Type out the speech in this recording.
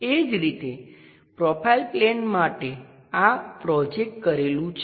એ જ રીતે profile plane માટે આ પ્રોજેકટ કરેલું છે